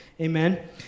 Amen